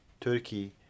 Turkey